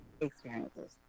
experiences